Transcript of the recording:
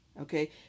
Okay